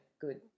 good